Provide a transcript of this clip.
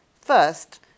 First